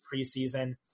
preseason